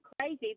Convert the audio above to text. crazy